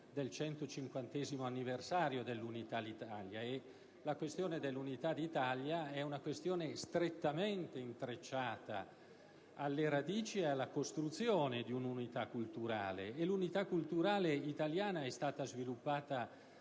celebrazione del 150° anniversario dell'Unità d'Italia, e la questione dell'Unità d'Italia è strettamente intrecciata alle radici e alla costruzione di un'unità culturale. L'unità culturale italiana è stata sviluppata